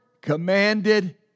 commanded